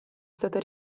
stata